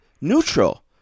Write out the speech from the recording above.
neutral